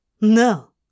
No